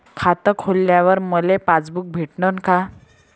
खातं खोलल्यावर मले पासबुक भेटन का?